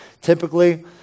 Typically